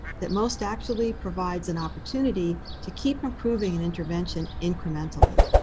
that most actually provides an opportunity to keep approving an intervention incrementally,